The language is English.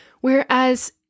Whereas